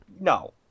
No